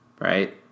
right